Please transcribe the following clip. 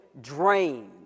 drained